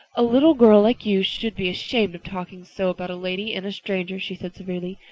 a little girl like you should be ashamed of talking so about a lady and a stranger, she said severely.